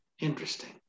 Interesting